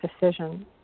decision